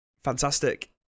Fantastic